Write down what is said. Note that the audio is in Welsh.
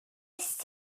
est